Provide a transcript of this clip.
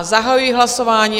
Zahajuji hlasování.